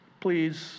please